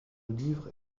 livre